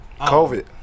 COVID